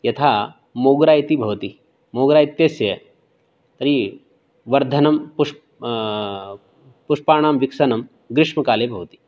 यथा मोग्रा इति भवति मोग्रा इत्यस्य तर्हि वर्धनं पुश् पुष्पाणां विकसनं ग्रीष्मकाले भवति